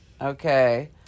okay